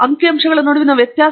ಅವುಗಳ ನಡುವೆ ವ್ಯತ್ಯಾಸವೇನು